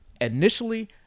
initially